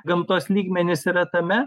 gamtos lygmenys yra tame